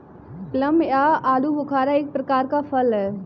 plum या आलूबुखारा एक प्रकार का फल है